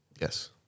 Yes